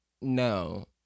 no